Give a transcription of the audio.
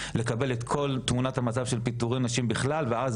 לקבל את כל תמונת המצב של פיטורי נשים בכלל ואז